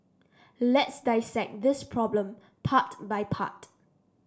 let's dissect this problem part by part